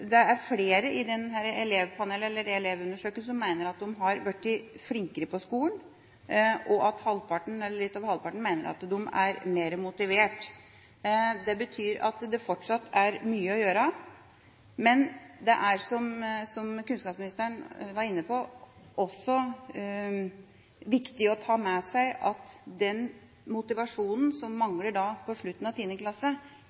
litt over halvparten mener at de er mer motivert. Det betyr at det fortsatt er mye å gjøre. Det er, som kunnskapsministeren var inne på, også viktig å ta med seg at den motivasjonen som